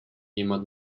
jemand